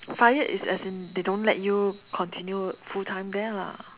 fired is as in they don't let you continue full time there lah